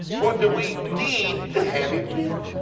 what do we need to have him